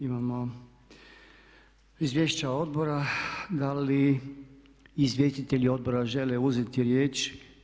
Imamo izvješća odbora, da li izvjestitelji odbora žele uzeti riječ?